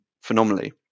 phenomenally